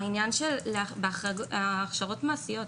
עניין הכשרות מעשיות.